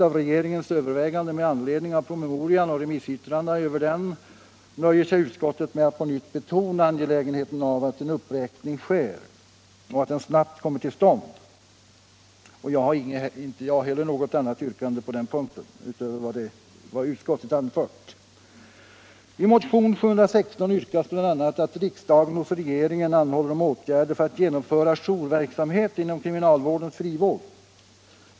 av promemorian och remissyttrandena över den nöjer sig utskottet med att på nytt betona angelägenheten av att en uppräkning av övervakarnas ersättning snabbt kommer till stånd, och inte heller jag ställer något yrkande på den här punkten utöver det som utskottet anfört. I motion 716 yrkas bl.a. att riksdagen hos regeringen anhåller om åtgärder för att genomföra jourverksamhet inom kriminalvårdens frivård.